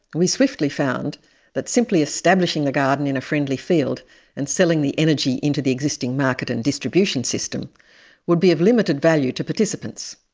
we swiftly found that simply establishing the garden in a friendly field and selling the energy into the existing market and distribution system would be of limited value to participants.